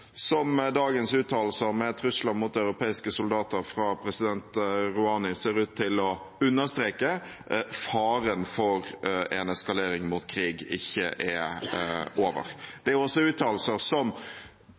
dagens uttalelser fra president Rouhani, med trusler mot europeiske soldater, ser ut til å understreke at faren for en eskalering mot krig ikke er over.